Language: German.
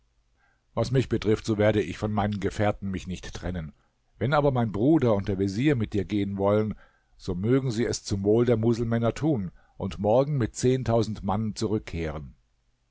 was mich betrifft so werde ich von meinen gefährten mich nicht trennen wenn aber mein bruder und der vezier mit dir gehen wollen so mögen sie es zum wohl der muselmänner tun und morgen mit zehntausend mann zurückkehren